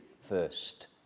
first